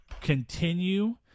continue